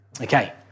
Okay